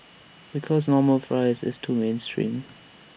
because normal fries is too mainstream